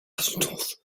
znów